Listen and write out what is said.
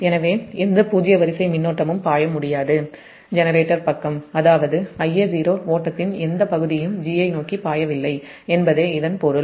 எனவே எந்த பூஜ்ஜிய வரிசை மின்னோட்டமும் ஜெனரேட்டர் பக்கம் பாய முடியாது அதாவது Ia0 ஓட்டத்தின் எந்தப் பகுதியும் 'g' ஐ நோக்கி பாயவில்லை என்பதே இதன் பொருள்